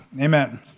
Amen